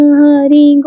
Hari